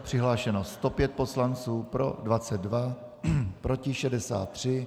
Přihlášeno 105 poslanců, pro 22, proti 63.